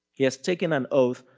he has taken an oath,